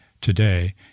today